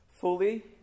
fully